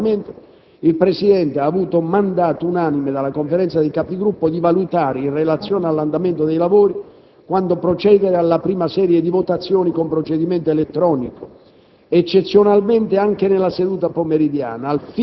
di quanto previsto dall'articolo 135-*bis* del Regolamento, il Presidente ha avuto mandato unanime dalla Conferenza dei Capigruppo di valutare, in relazione all'andamento dei lavori, quando procedere alla prima serie di votazioni con procedimento elettronico